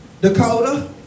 Dakota